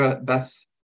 Beth